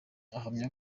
ahamya